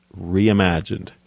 Reimagined